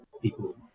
people